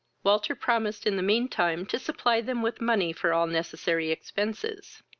walter promised in the mean time to supply them with money for all necessary expences.